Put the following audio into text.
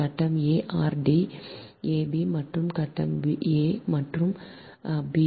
கட்டம் a or D ab மற்றும் கட்டம் a மற்றும் b